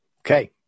Okay